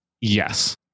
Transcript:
Yes